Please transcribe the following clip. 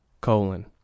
colon